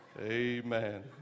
Amen